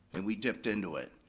and we dipped into it,